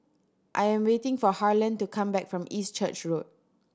I am waiting for Harlen to come back from East Church Road